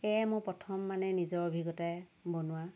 সেয়ে মোৰ প্ৰথম মানে নিজৰ অভিজ্ঞতাৰে বনোৱা